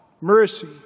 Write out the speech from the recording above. mercy